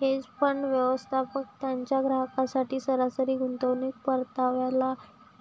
hedge fund, व्यवस्थापक त्यांच्या ग्राहकांसाठी सरासरी गुंतवणूक परताव्याला